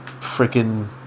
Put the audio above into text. Freaking